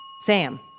Sam